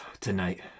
tonight